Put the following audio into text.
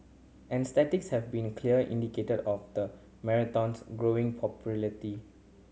and statistics have been a clear indicated of the marathon's growing popularity